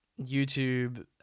YouTube